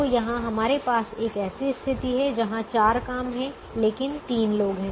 तो यहां हमारे पास एक ऐसी स्थिति है जहां चार काम हैं लेकिन तीन लोग हैं